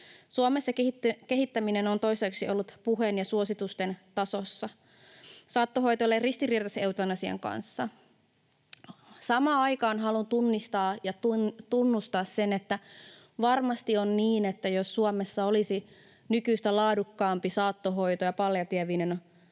Suomessa kehittäminen on toistaiseksi ollut puheen ja suositusten tasolla. Saattohoito ei ole ristiriidassa eutanasian kanssa. Samaan aikaan haluan tunnistaa ja tunnustaa sen, että varmasti on niin, että jos Suomessa olisi nykyistä laadukkaampi saattohoito ja palliatiivinen